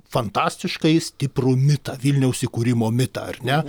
fantastiškai stiprų mitą vilniaus įkūrimo mitą ar ne